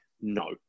No